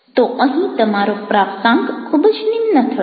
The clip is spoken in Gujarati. તો અહીં તમારો પ્રાપ્તાંક ખૂબ જ નિમ્ન થશે